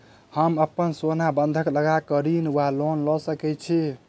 हम अप्पन सोना बंधक लगा कऽ ऋण वा लोन लऽ सकै छी?